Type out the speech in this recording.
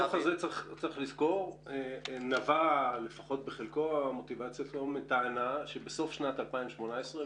צריך לזכור שהדוח הזה נבע מטענה שבסוף שנת 2018,